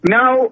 now